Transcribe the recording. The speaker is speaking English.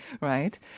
right